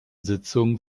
sitzung